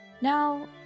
Now